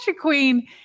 Queen